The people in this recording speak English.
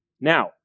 Now